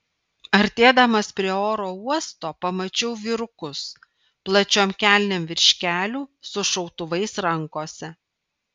artėdamas prie oro uosto pamačiau vyrukus plačiom kelnėm virš kelių su šautuvais rankose